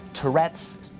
tourette's,